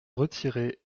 retirer